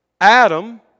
Adam